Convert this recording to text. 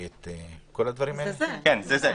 זה-זה.